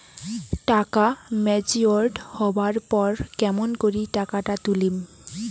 টাকা ম্যাচিওরড হবার পর কেমন করি টাকাটা তুলিম?